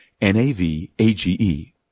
N-A-V-A-G-E